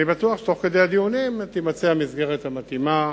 אני בטוח שתוך כדי הדיונים תימצא המסגרת המתאימה